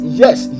yes